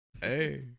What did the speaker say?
hey